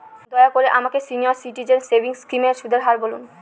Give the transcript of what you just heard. দয়া করে আমাকে সিনিয়র সিটিজেন সেভিংস স্কিমের সুদের হার বলুন